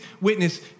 witness